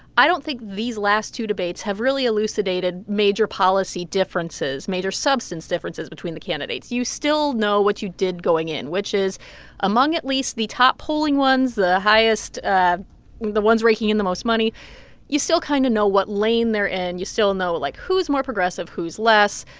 i don't think these last two debates have really elucidated major policy differences, major substance differences between the candidates. you still know what you did going in, which is among at least the top polling ones, the highest ah the ones raking in the most money you still kind of know what lane they're in. you still know it, like, who's more progressive, who's less,